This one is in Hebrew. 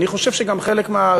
אני חושב שגם חלק מה,